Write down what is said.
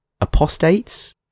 apostates